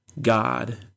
God